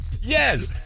Yes